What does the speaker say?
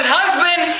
husband